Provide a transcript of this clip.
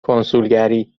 کنسولگری